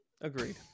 Agreed